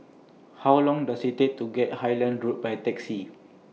How Long Does IT Take to get Highland Road By Taxi